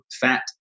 fat